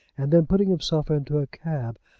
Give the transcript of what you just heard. and then, putting himself into a cab,